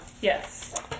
Yes